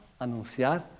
anunciar